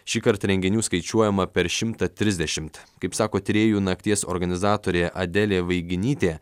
šįkart renginių skaičiuojama per šimtą trisdešimt kaip sako tyrėjų nakties organizatorė adelė vaiginytė